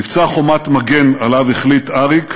מבצע "חומת מגן", שעליו החליט אריק,